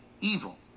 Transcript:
evil